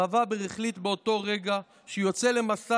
הרב הבר החליט באותו רגע שהוא יוצא למסע